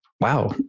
wow